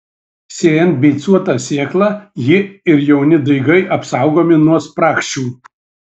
sėjant beicuotą sėklą ji ir jauni daigai apsaugomi nuo spragšių